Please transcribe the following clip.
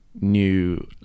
new